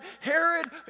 Herod